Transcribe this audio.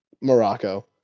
Morocco